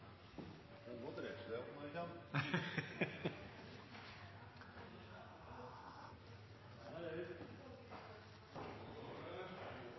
Da er